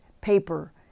paper